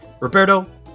Roberto